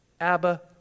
Abba